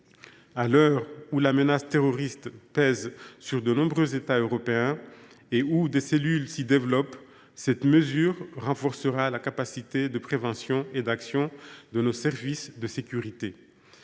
À l’heure où la menace terroriste pèse sur de nombreux États européens et où des cellules s’y développent, cette mesure renforcera la capacité de prévention et d’action de nos services de sécurité.